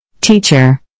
Teacher